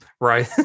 Right